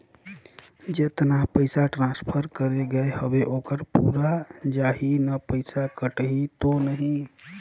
जतना पइसा ट्रांसफर करे गये हवे ओकर पूरा जाही न पइसा कटही तो नहीं?